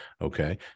Okay